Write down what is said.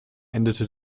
endete